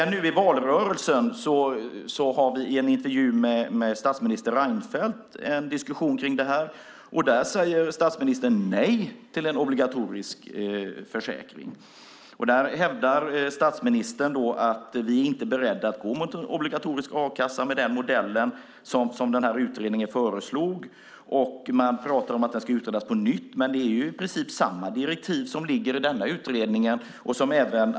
Nu i valrörelsen hade vi i en intervju med statsminister Reinfeldt en diskussion om detta. Då sade statsministern nej till en obligatorisk försäkring. Han hävdar att man inte är beredd att gå mot en obligatorisk a-kassa med den modell som utredningen föreslog. Man pratar om att det ska utredas på nytt, men det är ju i princip samma direktiv som ligger i denna utredning.